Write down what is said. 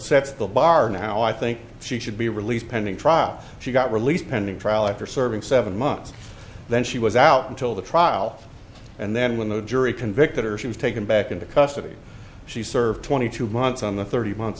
sets the bar now i think she should be released pending trial she got released pending trial after serving seven months then she was out until the trial and then when the jury convicted her she was taken back into custody she served twenty two months on the thirty month